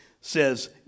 says